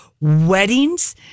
weddings